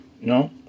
No